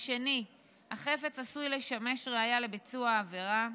2. החפץ עשוי לשמש ראיה לביצוע העבירה,